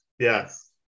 Yes